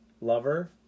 Lover